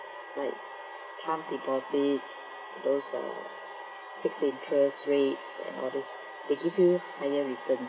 like time deposit those uh fixed interest rates uh all these they give you higher returns